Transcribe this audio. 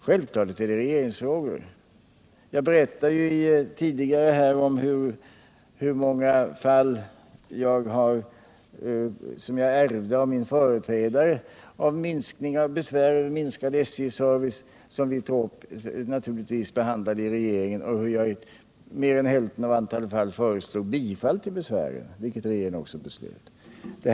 Självfallet är detta regeringsfrågor. Jag berättade tidigare om hur många ärenden som gällde besvär över minskad SJ-service vilka jag ärvde efter min företrädare. Dessa besvär behandlade vi naturligtvis i regeringen, och i över hälften av fallen föreslog jag bifall till besvären, vilket regeringen också beslutade.